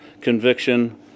conviction